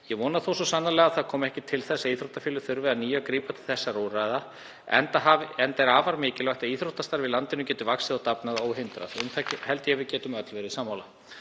Ég vona þó svo sannarlega að það komi ekki til þess að íþróttafélög þurfi að nýju að grípa til þessa úrræðis enda afar mikilvægt að íþróttastarf í landinu geti vaxið og dafnað óhindrað. Um það held ég að við getum öll verið sammála.